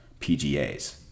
PGAs